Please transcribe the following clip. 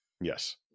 Yes